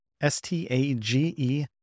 S-T-A-G-E